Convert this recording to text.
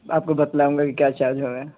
آپ کو بتلاؤں گا کہ کیا چارج ہوگا